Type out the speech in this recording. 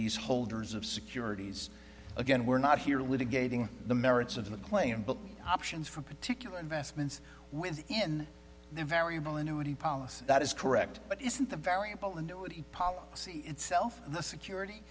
these holders of securities again we're not here litigating the merits of the claim but options for particular investments within the variable annuity policy that is correct but isn't the variable annuity policy itself and the security